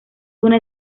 una